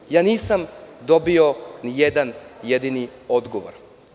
Dakle, ja nisam dobio nijedan jedini odgovor.